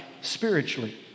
spiritually